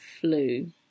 Flu